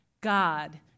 God